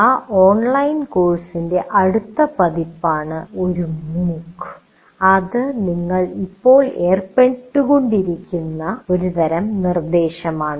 ആ ഓൺലൈൻ കോഴ്സിന്റെ അടുത്ത പതിപ്പ് ഒരു MOOC ആണ് ഇത് നിങ്ങൾ ഇപ്പോൾ ഏർപ്പെട്ടിരിക്കുന്ന ഒരു തരം നിർദ്ദേശമാണ്